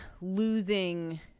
losing